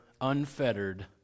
unfettered